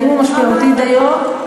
האם הוא משמעותי דיו?